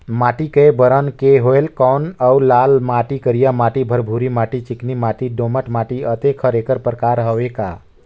माटी कये बरन के होयल कौन अउ लाल माटी, करिया माटी, भुरभुरी माटी, चिकनी माटी, दोमट माटी, अतेक हर एकर प्रकार हवे का?